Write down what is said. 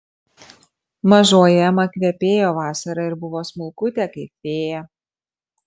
mažoji ema kvepėjo vasara ir buvo smulkutė kaip fėja